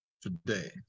Today